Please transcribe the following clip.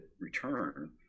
return